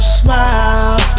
smile